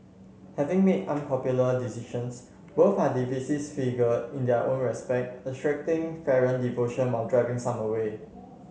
having made unpopular decisions both are figure in their own respect attracting fervent devotion while driving some away